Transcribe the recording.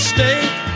State